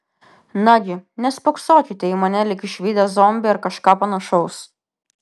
nagi nespoksokite į mane lyg išvydę zombį ar kažką panašaus